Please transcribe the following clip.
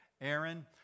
Aaron